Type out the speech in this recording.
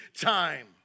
time